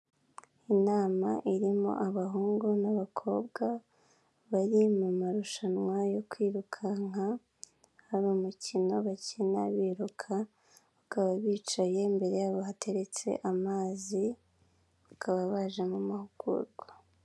Inama irimo abahungu n'abakobwa bari mu marushanwa yo kwirukanka, akaba ari umukino bakina biruka bakaba bicaye, imbere ya bo ba hateretse amazi, bakaba baje mu mahugurwa.